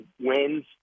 wins